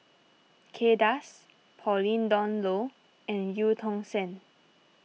Kay Das Pauline Dawn Loh and Eu Tong Sen